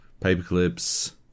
paperclips